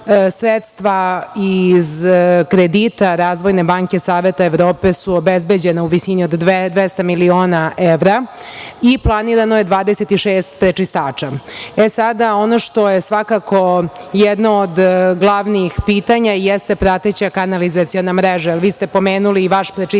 Sredstva iz kredita Razvojne banke Saveta Evrope su obezbeđena u visini od 200 miliona evra i planirano je 26 prečistača. Ono što je svako jedno od glavnih pitanja jeste prateća kanalizaciona mreža jer vi ste pomenuli i vaš prečistač